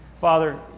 Father